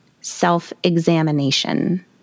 self-examination